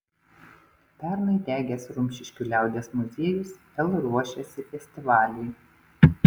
pernai degęs rumšiškių liaudies muziejus vėl ruošiasi festivaliui